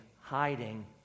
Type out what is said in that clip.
hiding